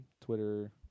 twitter